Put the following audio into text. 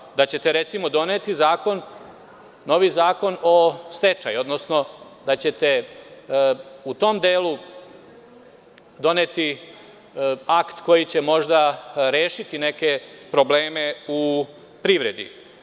Recimo, da ćete doneti zakon, novi zakon o stečaju, odnosno da ćete u tom delu doneti akt koji će možda rešiti neke probleme u privredi.